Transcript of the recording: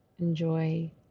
Enjoy